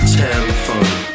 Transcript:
telephone